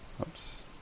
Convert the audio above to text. Oops